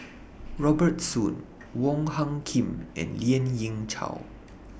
Robert Soon Wong Hung Khim and Lien Ying Chow